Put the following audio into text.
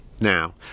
Now